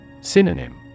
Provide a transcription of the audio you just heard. Synonym